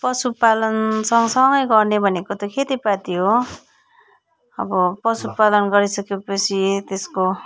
पशुपालन सँगसँगै गर्ने भनेको त खेतीपाती हो अब पशुपालन गरिसकेपछि त्यसको